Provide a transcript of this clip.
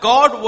God